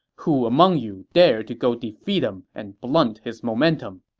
who among you dare to go defeat him and blunt his momentum?